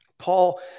Paul